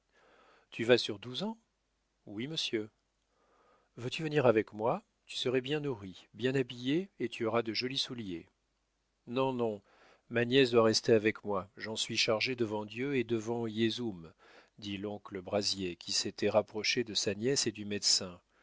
tu vas sur douze ans oui monsieur veux-tu venir avec moi tu seras bien nourrie bien habillée et tu auras de jolis souliers non non ma nièce doit rester avec moi j'en suis chargé devant dieu et devant léz houmes dit l'oncle brazier qui s'était rapproché de sa nièce et du médecin